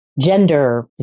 gender